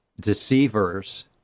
deceivers